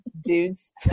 dudes